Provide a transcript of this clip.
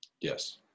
Yes